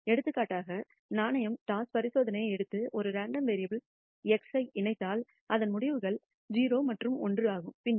எடுத்துக்காட்டாக நாணயம் டாஸ் பரிசோதனையை எடுத்து ஒரு ரேண்டம் வேரியபுல் x ஐ இணைத்தால் அதன் முடிவுகள் 0 மற்றும் 1 ஆகும் பின்னர் x 0